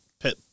pit